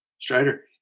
Strider